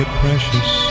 precious